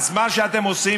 אז מה שאתם עושים,